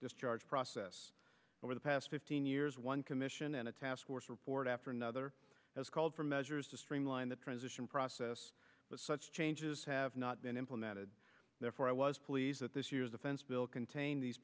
discharge process over the past fifteen years one commission and a task force report after another has called for measures to streamline the transition process but such changes have not been implemented therefore i was pleased that this year's defense bill contained these